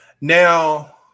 Now